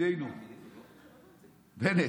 ידידנו בנט: